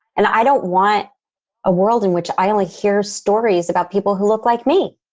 and i don't want a world in which i only hear stories about people who look like me.